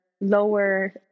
lower